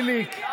חיליק,